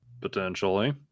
Potentially